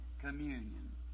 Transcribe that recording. communion